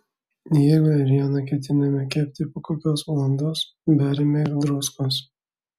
jeigu ėrieną ketiname kepti po kokios valandos beriame ir druskos